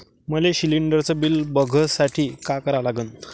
मले शिलिंडरचं बिल बघसाठी का करा लागन?